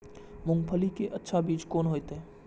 मूंगफली के अच्छा बीज कोन होते?